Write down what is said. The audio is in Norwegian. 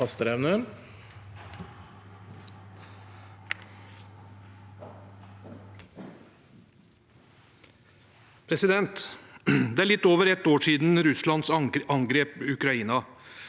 Det er litt over ett år siden Russland angrep Ukraina.